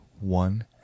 one